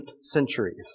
centuries